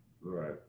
Right